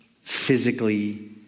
physically